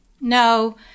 No